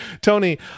tony